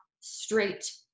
straight